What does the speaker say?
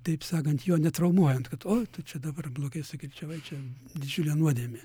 taip sakant jo netraumuojant ką o čia dabar blogai sukirčiavai čia didžiulė nuodėmė